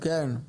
שומעים אותך.